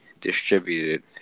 distributed